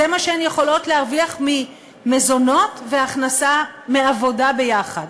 זה מה שהן יכולות להרוויח ממזונות ומהכנסה מעבודה ביחד.